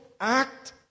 act